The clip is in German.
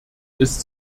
ist